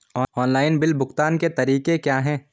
Online bill भुगतान के तरीके क्या हैं?